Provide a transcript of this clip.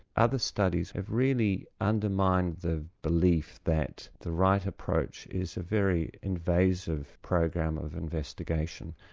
other studies have really undermined the belief that the right approach is a very invasive program of investigation,